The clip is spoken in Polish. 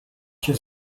się